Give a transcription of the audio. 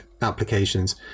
applications